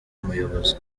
umuyobozi